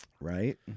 Right